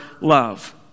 love